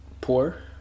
poor